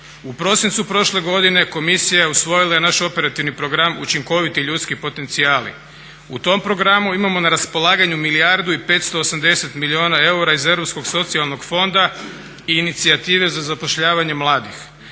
U prosincu prošle godine komisija je usvojila i naš operativni program učinkoviti ljudski potencijali. U tom programu imamo na raspolaganju milijardu i 580 milijuna eura iz Europskog socijalnog fonda i inicijative za zapošljavanje mladih.